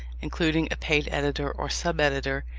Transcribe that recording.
including a paid editor or sub-editor,